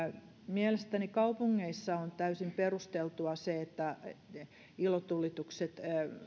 mielestäni kaupungeissa on täysin perusteltua se että ilotulitukset